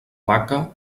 vaca